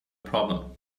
problem